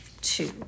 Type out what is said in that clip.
two